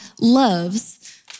loves